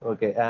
Okay